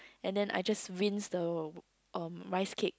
and then I just rinse the um rice cakes